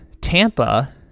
Tampa